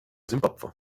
simbabwe